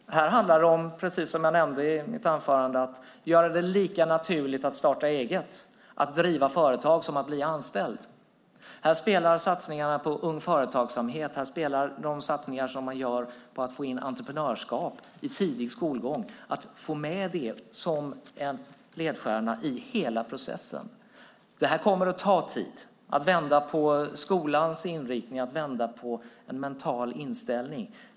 Här handlar det om att göra det lika naturligt att starta eget och att driva företag som att bli anställd. Här spelar satsningarna på ung företagsamhet in. Här spelar de satsningar som görs för att få in entreprenörskap i tidig skolgång in. Det är viktigt att få med detta som en ledstjärna i hela processen. Det kommer att ta tid att vända på skolans inriktning, att vända på en mental inställning.